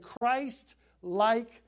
Christ-like